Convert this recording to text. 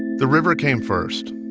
the river came first,